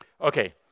Okay